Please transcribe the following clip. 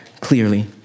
clearly